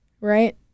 right